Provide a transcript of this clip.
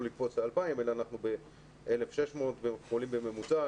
לקפוץ ל-2,000 אלא אנחנו ב-1,600 חולים בממוצע,